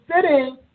sitting